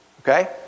Okay